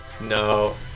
No